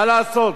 מה לעשות,